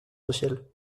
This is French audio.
social